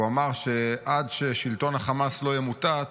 הוא אמר שעד ששלטון החמאס לא ימוטט,